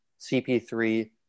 cp3